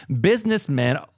businessmen